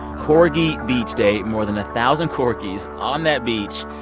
corgi beach day more than a thousand corgis on that beach.